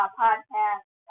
podcast